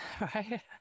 right